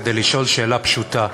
כדי לשאול שאלה פשוטה: